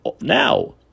now